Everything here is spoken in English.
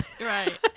right